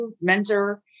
mentor